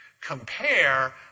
compare